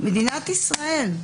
מדינת ישראל,